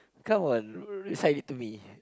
come on recite it to me